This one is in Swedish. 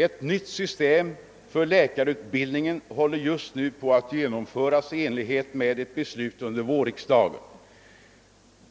Ett nytt system för läkarutbildningen håller just på att genomföras i enlighet med ett beslut under vårriksdagen.